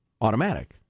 automatic